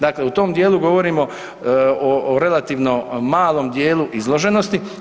Dakle, u tom dijelu govorimo o relativno malom dijelu izloženosti.